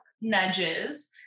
nudges